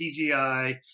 CGI